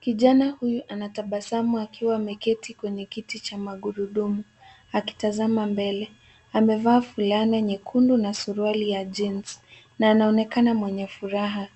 Kijana huyu anatabasamu akiwa ameketi kwenye kiti cha magurudumu akitazama mbele. Amevaa fulana nyekundu na suruali ya jeans na anaonekana mwenye furaha.